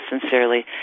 sincerely